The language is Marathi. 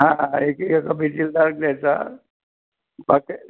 हां एकीकडंच्या भिंतीला डार्क द्यायचा बाकी